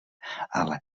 ale